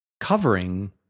covering